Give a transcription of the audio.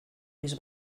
mis